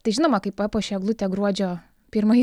tai žinoma kai papuoši eglutę gruodžio pirmąjį